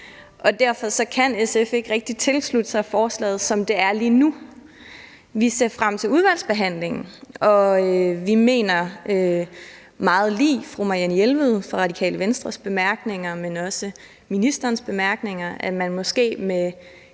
derfor kan SF ikke rigtig tilslutte sig forslaget, som det er lige nu. Vi ser frem til udvalgsbehandlingen, og vi mener meget lig fru Marianne Jelved fra Radikale Venstres bemærkninger, men også ministerens bemærkninger, at man måske med